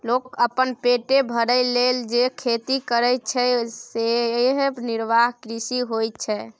लोक अपन पेट भरय लेल जे खेती करय छै सेएह निर्वाह कृषि होइत छै